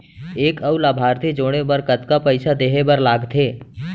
एक अऊ लाभार्थी जोड़े बर कतका पइसा देहे बर लागथे?